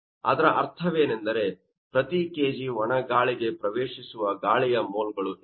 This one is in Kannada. ಅದರ ಅರ್ಥವೆನೆಂದರೆ ಪ್ರತಿ kg ಒಣ ಗಾಳಿಗೆ ಪ್ರವೇಶಿಸುವ ಗಾಳಿಯ ಮೋಲ್ ಗಳು ಎಷ್ಟು